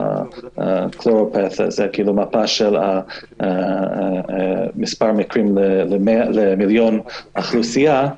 מפה של מספר מתים למיליון אוכלוסייה.